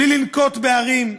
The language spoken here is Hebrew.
בלי לנקוב בשמות ערים,